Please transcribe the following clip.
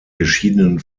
geschiedenen